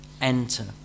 enter